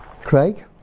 Craig